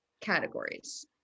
categories